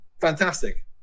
Fantastic